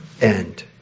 end